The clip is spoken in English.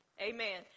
Amen